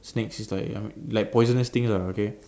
snakes is like I mean like poisonous things ah okay